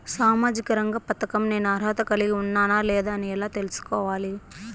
సామాజిక రంగ పథకం నేను అర్హత కలిగి ఉన్నానా లేదా అని ఎలా తెల్సుకోవాలి?